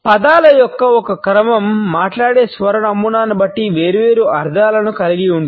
పదాల యొక్క ఒక క్రమం మాట్లాడే స్వర నమూనాను బట్టి వేర్వేరు అర్థాలను కలిగి ఉంటుంది